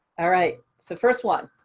alright, so first one.